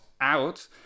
out